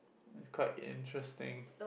it's quite interesting